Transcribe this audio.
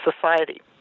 society